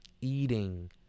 eating